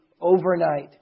overnight